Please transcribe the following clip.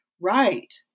Right